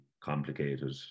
complicated